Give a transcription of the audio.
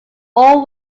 all